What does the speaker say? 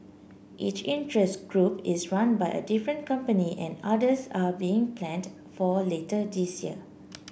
each interest group is run by a different company and others are being planned for later this year